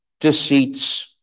deceits